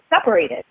separated